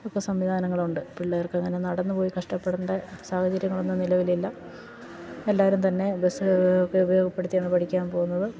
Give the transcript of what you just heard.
ഒക്കെ സംവിധാനങ്ങളുണ്ട് പിള്ളേർക്കങ്ങനെ നടന്നു പോയി കഷ്ടപ്പെടേണ്ട സാഹചര്യങ്ങളൊന്നും നിലവിലില്ല എല്ലാവരും തന്നെ ബസ്സൊക്കെ ഉപയോഗപ്പെടുത്തിയാണ് പഠിക്കാൻ പോകുന്നത്